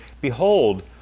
Behold